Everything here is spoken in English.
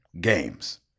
games